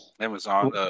Amazon